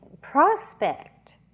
prospect